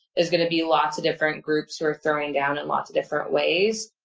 there's going to be lots of different groups who are throwing down in lots of different ways.